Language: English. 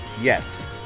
Yes